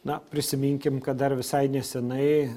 na prisiminkim kad dar visai nesenai